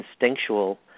instinctual